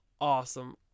awesome